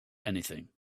anything